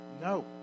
No